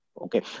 okay